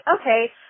okay